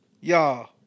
Y'all